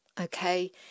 Okay